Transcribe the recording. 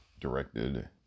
directed